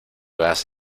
vas